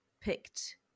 picked